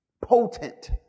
potent